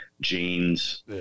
jeans